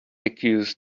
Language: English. accuse